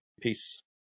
Peace